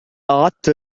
أعدت